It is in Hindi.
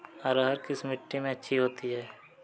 अरहर किस मिट्टी में अच्छी होती है?